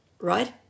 right